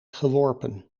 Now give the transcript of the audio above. geworpen